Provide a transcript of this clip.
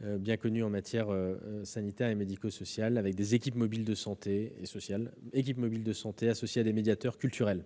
bien connu dans les domaines sanitaire et médico-social, avec des équipes mobiles de santé associées à des médiateurs culturels.